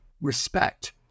respect